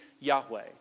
Yahweh